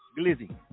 Glizzy